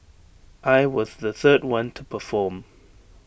I was the third one to perform